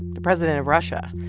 the president of russia.